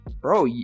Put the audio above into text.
bro